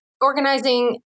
organizing